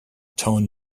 tone